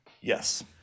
Yes